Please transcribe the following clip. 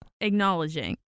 acknowledging